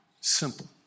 Simple